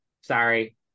Sorry